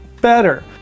better